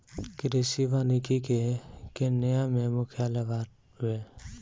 कृषि वानिकी के केन्या में मुख्यालय बावे